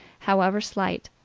however slight,